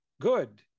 good